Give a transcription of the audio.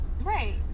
Right